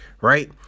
right